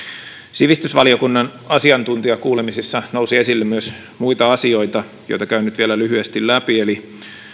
sivistysvaliokunnan asiantuntijakuulemisissa nousi esille myös muita asioita joita käyn nyt vielä lyhyesti läpi